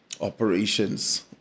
operations